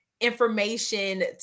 information